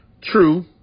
True